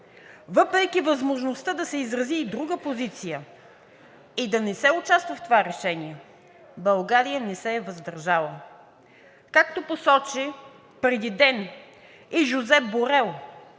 Въпреки възможността да се изрази и друга позиция и да не се участва в това решение, България не се е въздържала, както посочи преди ден и Жозеп Борел